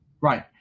Right